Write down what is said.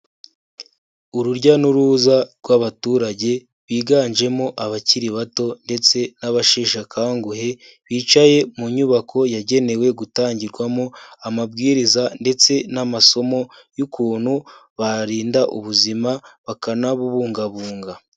Urujya n'uruza rw'abaturage biganjemo abakiri bato ndetse n'abasheshe akanguhe bicaye mu nyubako yagenewe gutangirwamo amabwiriza ndetse n'amasomo y'ukuntu barinda ubuzima bakanabubungabunga.